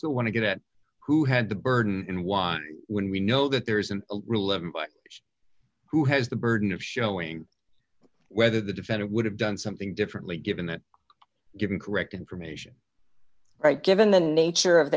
still want to get at who had the burden and why when we know that there isn't but who has the burden of showing whether the defendant would have done something differently given that given correct information right given the nature of